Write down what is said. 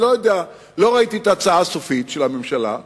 אני לא יודע, לא ראיתי את ההצעה הסופית של הממשלה,